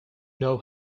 know